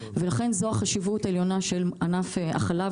לכן זו החשיבות העליונה של ענף החלב,